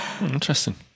interesting